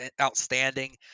outstanding